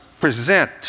present